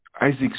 Isaac